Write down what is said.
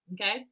Okay